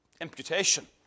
imputation